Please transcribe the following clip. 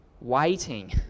waiting